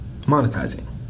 monetizing